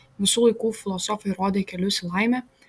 visų laikų filosofai rodė kelius į laimę